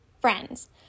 Friends